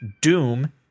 Doom